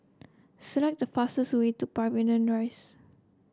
select the fastest way to Pavilion Rise